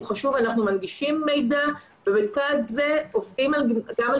הוא חשוב ואנחנו מנגישים מידע ובצד זה עובדים גם על